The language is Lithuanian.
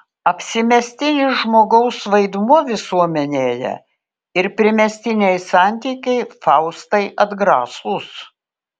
apsimestinis žmogaus vaidmuo visuomenėje ir primestiniai santykiai faustai atgrasūs